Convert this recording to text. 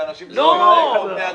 שלפיה אנשים צריכים לחיות כמו בני אדם.